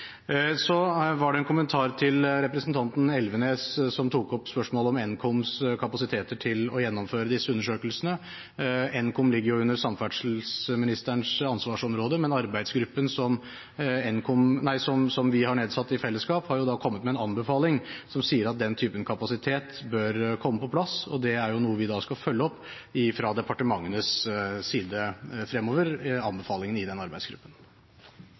Så var det en kommentar til representanten Elvenes, som tok opp spørsmålet om Nkoms kapasiteter til å gjennomføre disse undersøkelsene. Nkom ligger under samferdselsministerens ansvarsområde, men arbeidsgruppen som vi har nedsatt i fellesskap, har kommet med en anbefaling som sier at den typen kapasitet bør komme på plass, og anbefalingene i den arbeidsgruppen er noe vi skal følge opp fra departementenes side fremover.